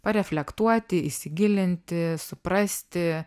pareflektuoti įsigilinti suprasti